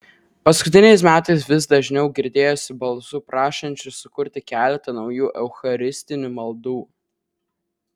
paskutiniais metais vis dažniau girdėjosi balsų prašančių sukurti keletą naujų eucharistinių maldų